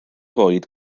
fwyd